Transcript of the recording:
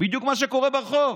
בדיוק מה שקורה ברחוב,